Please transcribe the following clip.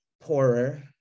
poorer